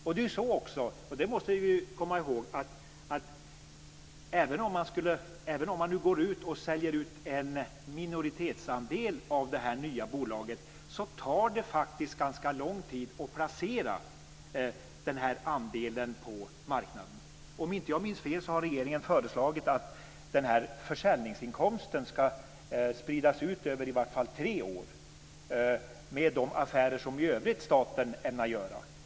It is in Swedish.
Vi måste också komma ihåg att även om man säljer ut en minoritetsandel av det nya bolaget tar det ganska lång tid att placera den andelen på marknaden. Om inte jag minns fel har regeringen föreslagit att försäljningsinkomsten skall spridas ut över i varje fall tre år, med de affärer som staten i övrigt ämnar göra.